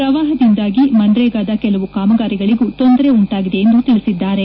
ಪ್ರವಾಹದಿಂದಾಗಿ ಮನ್ನೇಗದ ಕೆಲವು ಕಾಮಗಾರಿಗಳಿಗೂ ತೊಂದರೆ ಉಂಟಾಗಿದೆ ಎಂದು ತಿಳಿಸಿದ್ದಾರೆ